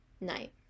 night